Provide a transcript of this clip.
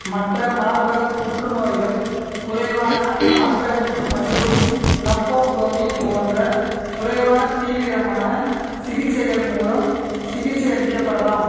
மற்ற மார்பக புற்றுநோய்கள் குறைவான ஆக்கிரமிப்பு மற்றும் லம்போக்டோமி போன்ற குறைவான தீவிரமான சிகிச்சைகள் மூலம் சிகிச்சையளிக்கப்படலாம்